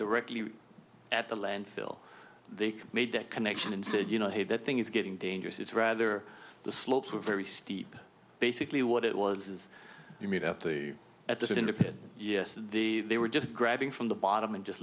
directly at the landfill they made that connection and said you know hey that thing is getting dangerous it's rather the slopes are very steep basically what it was is i mean at the at this independent yes the they were just grabbing from the bottom and just